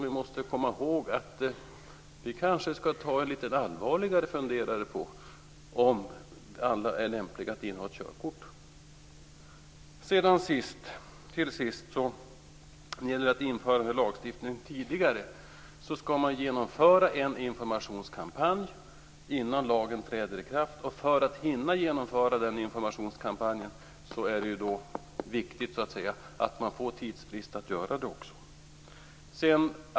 Vi kanske skulle ta en lite allvarligare funderare på om alla är lämpliga att inneha ett körkort. När det gäller detta med att införa denna lagstiftning tidigare skall man ju genomföra en informationskampanj innan lagen träder i kraft, och då är det viktigt att man får en sådan tidsfrist att man hinner göra det.